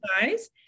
guys